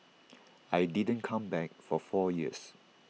I didn't come back for four years